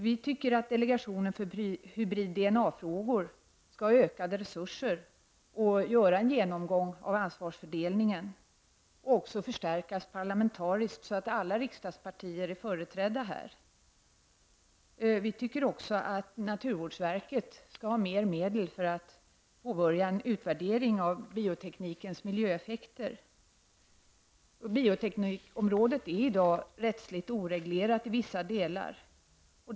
Vi tycker att delegationen för hybrid-DNA-frågor skall ha ökade resurser och kunna göra en genomgång av ansvarsfördelningen. Delegationen bör förstärkas parlamentariskt, så att alla riksdagspartier blir företrädda. Vi tycker också att naturvårdsverket skall tillföras mera medel för att påbörja en utvärdering av bioteknikens miljöeffekter. Bioteknikområdet är i dag rättsligt oreglerat i vissa delar.